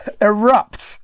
erupt